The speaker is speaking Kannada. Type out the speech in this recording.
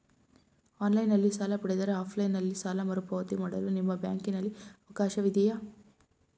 ಆನ್ಲೈನ್ ನಲ್ಲಿ ಸಾಲ ಪಡೆದರೆ ಆಫ್ಲೈನ್ ನಲ್ಲಿ ಸಾಲ ಮರುಪಾವತಿ ಮಾಡಲು ನಿಮ್ಮ ಬ್ಯಾಂಕಿನಲ್ಲಿ ಅವಕಾಶವಿದೆಯಾ?